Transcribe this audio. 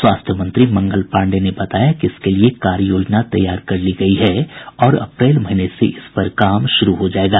स्वास्थ्य मंत्री मंगल पांडेय ने बताया कि इसके लिए कार्य योजना तैयार कर ली गयी है और अप्रैल महीने से इस पर काम शुरू हो जायेगा